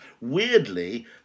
Weirdly